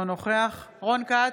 אינו נוכח רון כץ,